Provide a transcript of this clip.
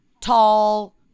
tall